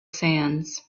sands